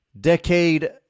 Decade